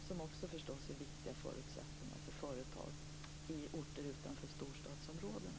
Det är förstås också viktiga förutsättningar för företag i orter utanför storstadsområdena.